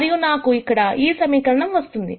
మరియు నాకు ఇక్కడ ఈ సమీకరణం వస్తుంది